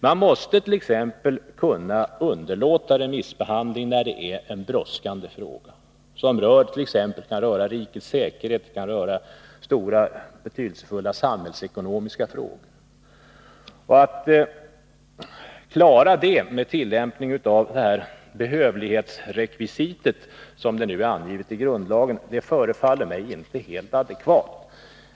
Man måste t.ex. kunna avstå från remissbehandling då det gäller en brådskande fråga som exempelvis kan röra rikets säkerhet eller betydelsefulla samhällsekonomiska frågor. Att klara detta med tillämpning av det behövlighetsrekvisit som anges i grundlagen förefaller mig inte helt adekvat.